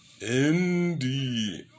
Indeed